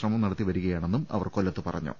ശ്രമം നടത്തിവരികയാണെന്നും അവർ കൊല്ലത്ത് പറഞ്ഞു